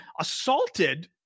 assaulted